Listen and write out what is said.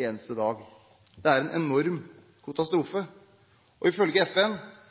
eneste dag. Det er en enorm katastrofe. Og ifølge FN